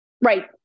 Right